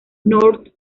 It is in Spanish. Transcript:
north